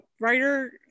writer